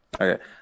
Okay